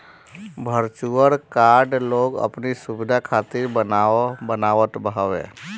virtual card लोग अपनी सुविधा खातिर बनवावत हवे